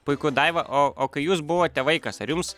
puiku daiva o o kai jūs buvote vaikas ar jums